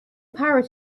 parrot